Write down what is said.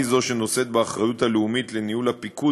היא שנושאת באחריות הלאומית לניהול הפיקוד